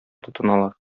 тотыналар